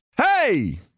Hey